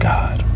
God